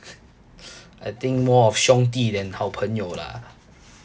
I think more of 兄弟 than 好朋友 lah